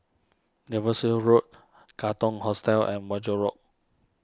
Devonshire Road Katong Hostel and Wajek Road